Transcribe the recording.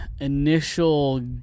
initial